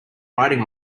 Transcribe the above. riding